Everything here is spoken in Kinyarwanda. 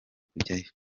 kujyayo